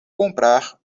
comprar